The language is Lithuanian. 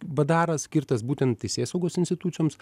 bdaras skirtas būtent teisėsaugos institucijoms